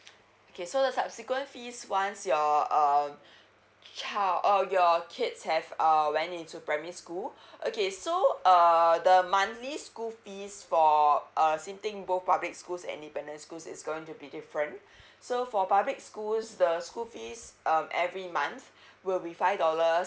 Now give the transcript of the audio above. okay so the subsequent fees once your uh child uh your kids have err went into primary school okay so err the monthly school fees for err sitting both public schools independent schools it's going to be different so for public schools the school fees um every month will be five dollars